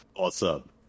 Awesome